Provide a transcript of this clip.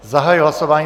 Zahajuji hlasování.